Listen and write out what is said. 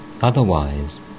Otherwise